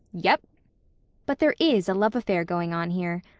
yep but there is a love affair going on here.